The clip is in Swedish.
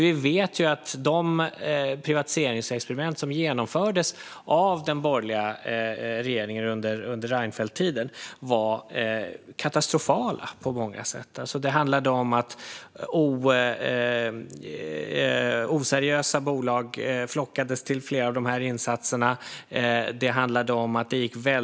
Vi vet ju att de privatiseringsexperiment som genomfördes av den borgerliga regeringen under Reinfeldttiden var katastrofala på många sätt. Oseriösa bolag flockades till flera av insatserna.